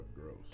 gross